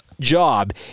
Job